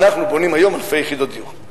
אנחנו בונים היום אלפי יחידות דיור.